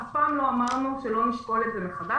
אף פעם לא אמרנו שלא נשקול את זה מחדש